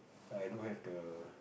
I don't have the